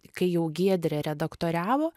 kai jau giedre redaktoriavo